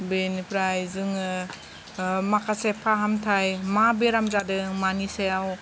बेनिफ्राय जोङो माखासे फाहामथाइ मा बेराम जादों मानि सायाव